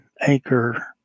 anchor